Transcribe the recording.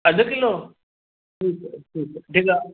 अधि किलो ठीकु आहे ठीकु आहे